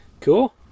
cool